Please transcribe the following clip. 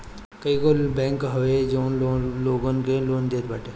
कईगो बैंक हवे जवन लोन लोग के देत बाटे